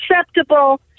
acceptable